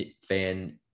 fan